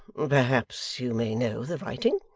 perhaps you may know the writing.